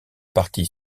partie